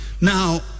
Now